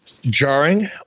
Jarring